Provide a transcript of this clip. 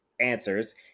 answers